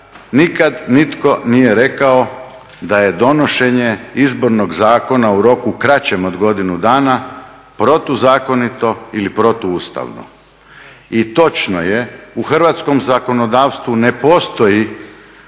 nikada nitko nije rekao da je donošenje izbornog zakona u roku kraćem od godinu dana protuzakonito ili protuustavno. I točno je u Hrvatskom zakonodavstvu ne postoji